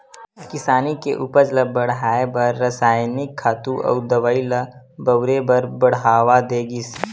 किसानी के उपज ल बड़हाए बर रसायनिक खातू अउ दवई ल बउरे बर बड़हावा दे गिस